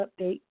update